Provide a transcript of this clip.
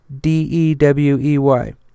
D-E-W-E-Y